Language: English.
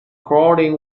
crawling